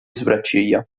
sopracciglia